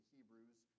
Hebrews